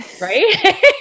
right